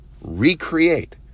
recreate